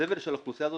הסבל של האוכלוסייה הזו